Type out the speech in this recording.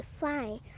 fine